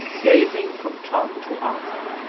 gazing from tom to arthur,